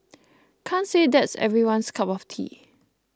can't say that's everyone's cup of tea